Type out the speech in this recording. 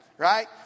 right